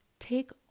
Take